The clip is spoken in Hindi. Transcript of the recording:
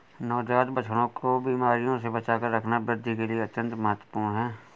नवजात बछड़ों को बीमारियों से बचाकर रखना वृद्धि के लिए अत्यंत महत्वपूर्ण है